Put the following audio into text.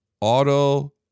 auto